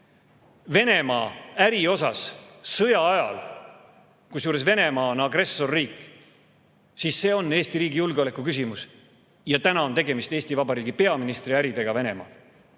Venemaa-äri kohta sõja ajal – kusjuures Venemaa on agressorriik –, siis see on Eesti riigi julgeoleku küsimus. Praegu on tegemist Eesti Vabariigi peaministri äridega Venemaal,